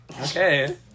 Okay